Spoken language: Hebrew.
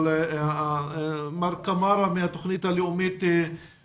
אבל מר קמארה מן התוכנית הלאומית לנוער